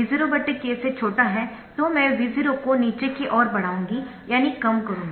V0k से छोटा है तो मैं V0 को नीचे की ओर बढ़ाऊंगी यानी कम करूंगी